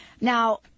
Now